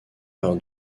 par